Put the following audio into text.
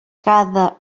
cada